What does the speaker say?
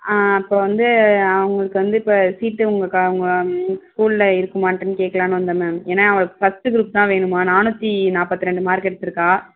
இப்போ வந்து அவங்களுக்கு வந்து இப்போ சீட்டு உங்கள் க உங்கள் ஸ்கூலில் இருக்குமான்ட்டுன்னு கேட்கலானு வந்தேன் மேம் ஏன்னா அவளுக்கு ஃபர்ஸ்ட்டு க்ரூப் தான் வேணுமா நானூற்றி நாற்பத்தி ரெண்டு மார்க் எடுத்துருக்கா